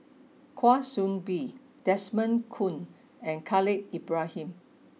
kwa Soon Bee Desmond Kon and Khalil Ibrahim